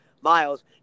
miles